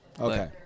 Okay